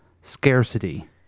scarcity